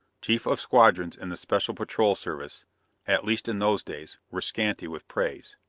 chiefs of squadrons in the special patrol service at least in those days were scanty with praise.